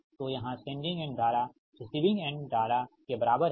तोयहां sending end धारा receiving end धारा के बराबर है